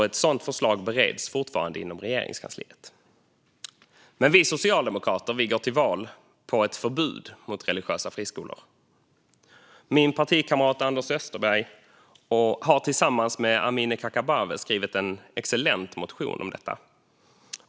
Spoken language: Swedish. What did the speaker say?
Ett sådant förslag bereds fortfarande inom Regeringskansliet. Men vi socialdemokrater går till val på ett förbud mot religiösa friskolor. Min partikamrat Anders Österberg har tillsammans med Amineh Kakabaveh skrivit en excellent motion om detta.